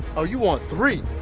ah you want three.